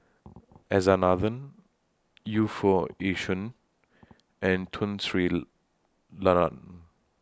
S R Nathan Yu Foo Yee Shoon and Tun Sri Lanang